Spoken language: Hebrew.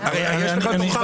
ההגנה על הקניין